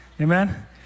Amen